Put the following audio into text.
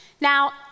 Now